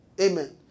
Amen